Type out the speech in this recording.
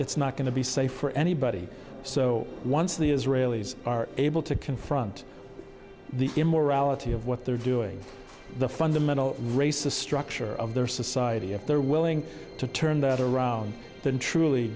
it's not going to be safe for anybody so once the israelis are able to confront the immorality of what they're doing the fundamental race the structure of their society if they're willing to turn that around then truly